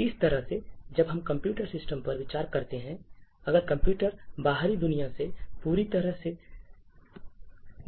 इसी तरह से जब हम कंप्यूटर सिस्टम पर विचार करते हैं अगर कंप्यूटर बाहरी दुनिया से पूरी तरह से